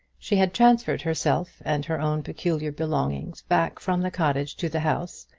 she had transferred herself and her own peculiar belongings back from the cottage to the house,